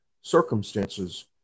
circumstances